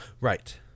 Right